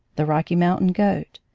the rocky mountain goat.